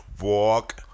walk